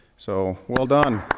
so, well done.